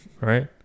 Right